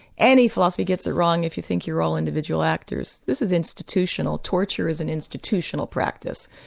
any philosophy gets it wrong if you think you're all individual actors. this is institutional, torture is an institutional practice,